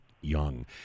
young